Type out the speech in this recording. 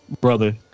brother